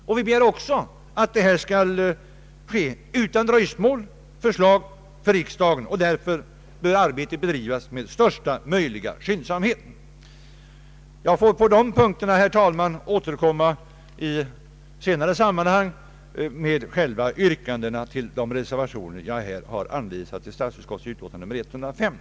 Vi begär också att förslag härom skall föreläggas riksdagen utan dröjsmål. Därför bör arbetet bedrivas med största möjliga skyndsamhet. Herr talman! Jag får senare återkomma med yrkanden beträffande de reservationer i statsutskottets utlåtande nr 105 som jag här har berört. Avslutningsvis vill jag säga några ord om en annan fråga.